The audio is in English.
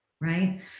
right